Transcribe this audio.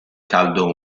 caldo